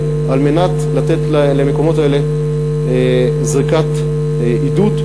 על מנת לתת למקומות האלה זריקת עידוד,